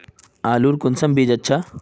आलूर कुंसम बीज अच्छा?